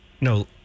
No